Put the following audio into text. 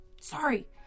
Sorry